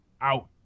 out